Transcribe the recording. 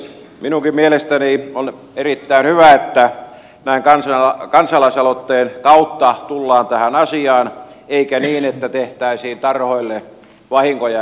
minunkin mielestäni on erittäin hyvä että näin kansalaisaloitteen kautta tullaan tähän asiaan eikä niin että tehtäisiin tarhoille vahinkoja ja iskuja